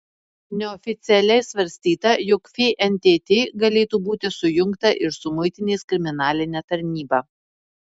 neoficialiai svarstyta jog fntt galėtų būti sujungta ir su muitinės kriminaline tarnyba